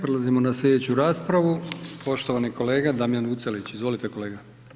Prelazimo na sljedeću raspravu, poštovani kolega Damjan Vucelić, izvolite kolega.